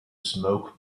smoke